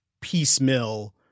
piecemeal